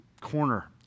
corner